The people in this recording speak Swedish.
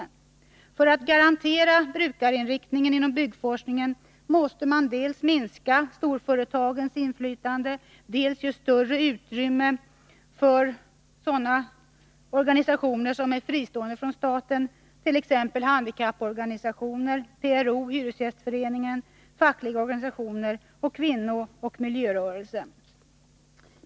För att garantera brukarinriktningen inom byggforskningen måste man dels minska storföretagens inflytande, dels ge större utrymme för organisationer som är fristående från staten, t.ex. handikapporganisationer, PRO, hyresgästföreningen, fackliga organisationer och kvinnooch miljörörelsen.